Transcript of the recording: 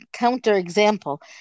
counterexample